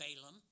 Balaam